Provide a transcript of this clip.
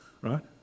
Right